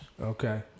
Okay